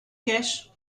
cash